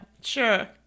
Sure